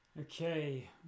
Okay